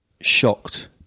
shocked